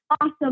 awesome